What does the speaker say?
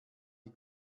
die